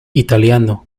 italiano